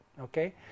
Okay